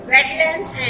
Wetlands